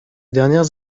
dernières